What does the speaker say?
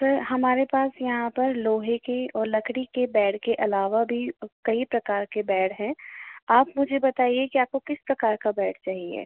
sir हमारे पास यहाँ पर लोहे के और लकड़ी के बेड के अलावा भी कई प्रकार के बेड हैं आप मुझे बताइए कि आपको किस प्रकार का बेड चाहिए